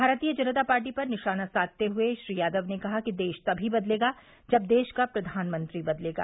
भारतीय जनता पार्टी पर निशाना सावते हुए श्री यादव ने कहा कि देश तभी बदलेगा जब देश का प्रधानमंत्री बदलेगा